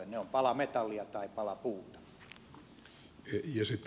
ne ovat pala metallia tai pala puuta